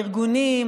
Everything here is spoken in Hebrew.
הארגונים,